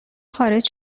خارج